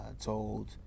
told